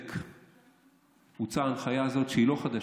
ובצדק הוצאה ההנחיה הזאת, שהיא לא חדשה.